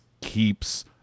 keeps